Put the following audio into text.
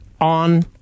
on